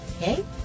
Okay